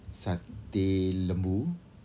satay lembu